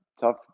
tough